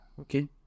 Okay